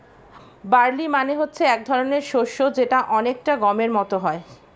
barley মানে হচ্ছে এক ধরনের শস্য যেটা অনেকটা গমের মত হয়